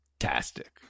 fantastic